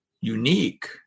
unique